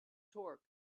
torque